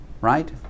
right